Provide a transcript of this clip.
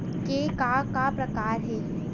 के का का प्रकार हे?